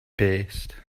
paste